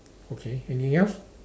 okay anything else